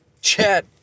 Chat